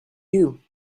you